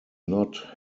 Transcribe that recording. not